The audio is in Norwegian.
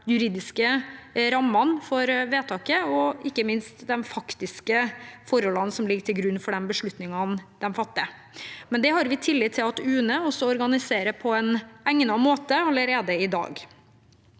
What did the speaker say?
juridiske rammene for vedtaket og ikke minst de faktiske forholdene som ligger til grunn for de beslutningene de fatter. Det har vi tillit til at UNE organiserer på en egnet måte allerede i dag.